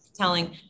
telling